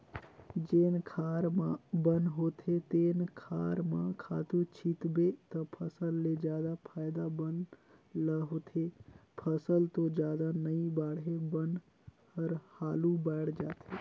जेन खार म बन होथे तेन खार म खातू छितबे त फसल ले जादा फायदा बन ल होथे, फसल तो जादा नइ बाड़हे बन हर हालु बायड़ जाथे